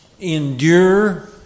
endure